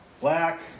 black